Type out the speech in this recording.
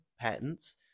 patents